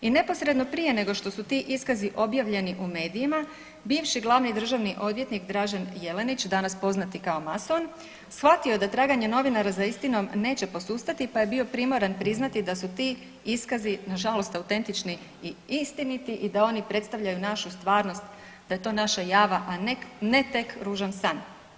I neposredno prije nego što su ti iskazi objavljeni u medijima bivši glavni državni odvjetnik Dražen Jelenić danas poznati kao mason shvatio je da traganje novinara za istinom neće posustati pa je bio primoran priznati da su ti iskazi nažalost autentični i istiniti i da oni predstavljaju našu stvarnost, da je to naša java, a ne tek ružan san.